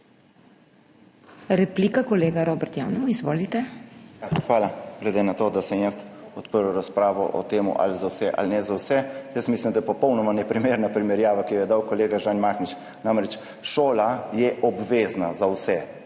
Replika, kolega Robert Janov. Izvolite. ROBERT JANEV (PS Svoboda): Hvala. Glede na to, da sem jaz odprl razpravo o tem, ali za vse ali ne za vse. Jaz mislim, da je popolnoma neprimerna primerjava, ki jo je dal kolega Žan Mahnič. Namreč šola je obvezna za vse,